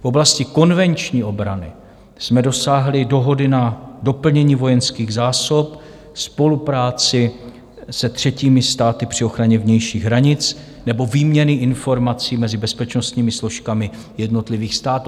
V oblasti konvenční obrany jsme dosáhli dohody na doplnění vojenských zásob, spolupráci se třetími státy při ochraně vnějších hranic nebo výměny informací mezi bezpečnostními složkami jednotlivých států.